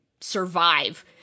survive